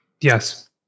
Yes